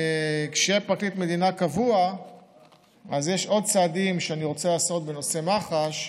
כשיהיה פרקליט מדינה קבוע אז יש עוד צעדים שאני רוצה לעשות בנושא מח"ש,